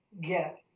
get